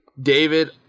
David